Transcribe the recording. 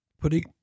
putting